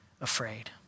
afraid